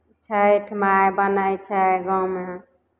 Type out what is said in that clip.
छठि माय बनै छै गाँवमे